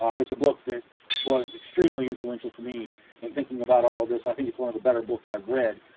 um it's a book that was extremely influential to me in thinking about all of this, i think it's one of the better books i've read,